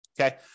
Okay